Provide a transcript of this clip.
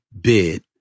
bid